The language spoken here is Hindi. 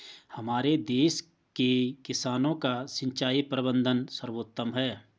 हमारे देश के किसानों का सिंचाई प्रबंधन सर्वोत्तम है